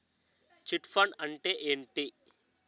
Chit fund అంటే ఏంటి?